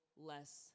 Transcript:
less